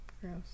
gross